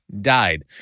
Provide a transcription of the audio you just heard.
died